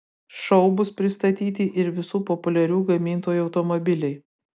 šou bus pristatyti ir visų populiarių gamintojų automobiliai